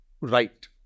right